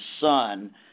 son